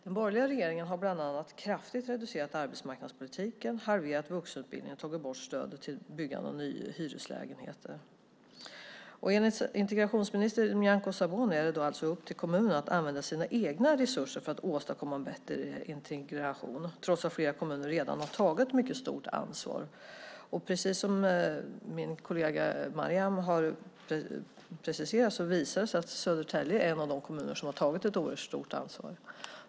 Den borgerliga regeringen har bland annat kraftigt reducerat arbetsmarknadspolitiken, halverat vuxenutbildningen och tagit bort stödet till byggandet av nya hyreslägenheter. Enligt integrationsminister Nyamko Sabuni är det upp till kommunerna att använda sina egna resurser för att åstadkomma en bättre integration, trots att flera kommuner redan har tagit mycket stort ansvar. Precis som min kollega Maryam har preciserat visar det sig att Södertälje är en av de kommuner som har tagit ett oerhört stort ansvar.